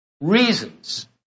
reasons